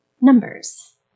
Numbers